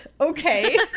Okay